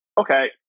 okay